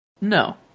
No